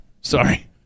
Sorry